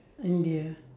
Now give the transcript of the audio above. india